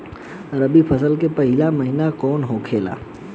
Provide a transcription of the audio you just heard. रबी फसल के पहिला महिना कौन होखे ला?